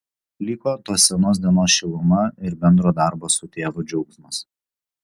liko tos senos dienos šiluma ir bendro darbo su tėvu džiaugsmas